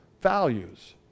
values